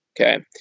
Okay